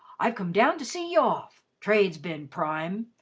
i've come down to see ye off. trade's been prime!